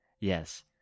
Yes